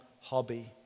hobby